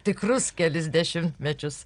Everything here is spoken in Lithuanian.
tikrus kelis dešimtmečius